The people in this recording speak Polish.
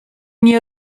nie